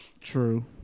True